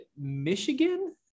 Michigan